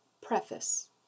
Preface